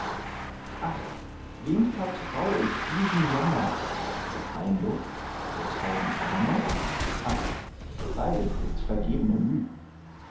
ach wem vertrau ich diesen jammer der freien luft der tauben kammer ach beides ist vergebne müh